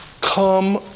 Come